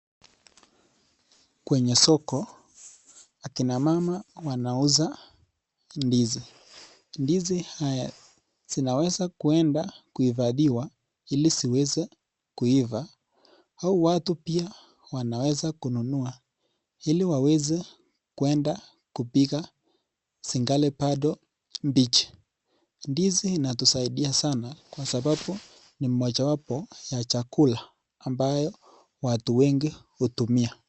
Kwenye soko akina mama wanauza ndizi, ndizi haya yanaweza kwenda kuhifadhiwa ili ziweze kuiva au pia watu wanaweza kununua ili waweze kwenda kupika zingali bado mbichi, ndizi inatusaidia sana kwa sababu ni mmojawapo ya chakula ambayo watu wengi hutumia.